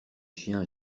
chiens